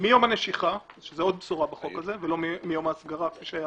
מיום הנשיכה ולא מיום ההסגרה, כפי שהיה